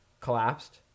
collapsed